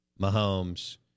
Mahomes